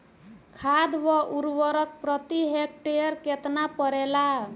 खाद व उर्वरक प्रति हेक्टेयर केतना परेला?